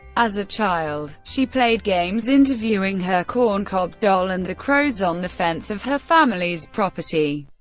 as a child, she played games interviewing her corncob doll and the crows on the fence of her family's property.